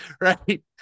right